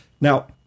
Now